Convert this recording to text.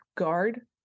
guard